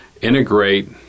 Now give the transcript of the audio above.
integrate